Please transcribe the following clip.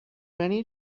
many